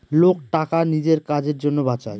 লোক টাকা নিজের কাজের জন্য বাঁচায়